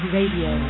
Radio